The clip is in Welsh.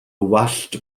wallt